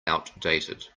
outdated